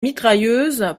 mitrailleuse